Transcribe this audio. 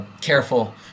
careful